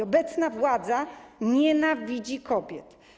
Obecna władza nienawidzi kobiet.